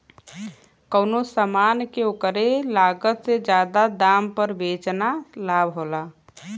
कउनो समान के ओकरे लागत से जादा दाम पर बेचना लाभ होला